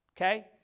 Okay